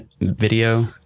video